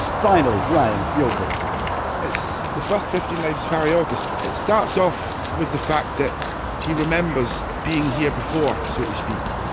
finally, ryan, your book it's the first fifteen lives of harry august. it starts off with the fact that he remembers being here before, so to speak,